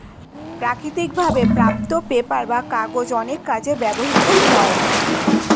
প্রাকৃতিক ভাবে প্রাপ্ত পেপার বা কাগজ অনেক কাজে ব্যবহৃত হয়